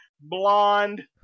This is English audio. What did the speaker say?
blonde